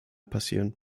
passieren